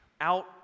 out